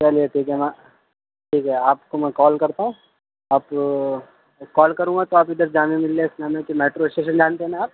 چلیے ٹھیک ہے ہاں ٹھیک ہے آپ کو میں کال کرتا ہوں آپ جب کال کروں گا تو آپ ادھر جامعہ ملیہ اسلامیہ کے میٹرو اسٹیشن جانتے ہیں نا آپ